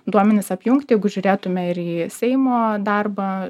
duomenis apjungti jeigu žiūrėtume ir į seimo darbą